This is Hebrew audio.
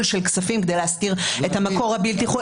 של כספים כדי להסתיר את המקור הבלתי חוקי.